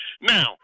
Now